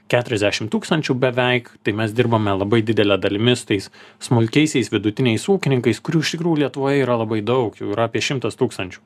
keturiasdešim tūkstančių beveik tai mes dirbome labai didele dalimi su tais smulkiaisiais vidutiniais ūkininkais kurių iš tikrųjų lietuvoje yra labai daug jų yra apie šimtas tūkstančių